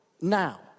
now